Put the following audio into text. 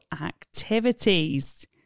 activities